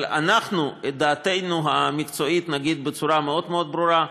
אבל אנחנו את דעתנו המקצועית נגיד בצורה מאוד ברורה.